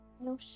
No